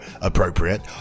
appropriate